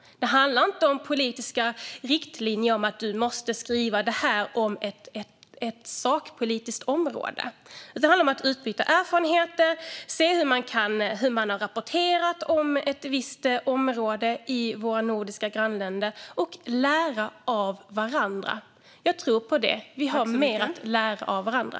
Det handlar inte om politiska riktlinjer om att man måste skriva på ett visst sätt om ett sakpolitiskt område. Det handlar om att utbyta erfarenheter, att se hur man har rapporterat om ett visst område i våra nordiska grannländer och att lära av varandra. Jag tror på det. Vi har mer att lära av varandra.